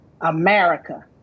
America